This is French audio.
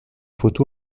photo